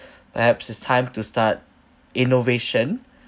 perhaps it's time to start innovation